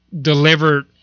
delivered